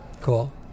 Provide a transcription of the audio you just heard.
Cool